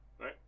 Right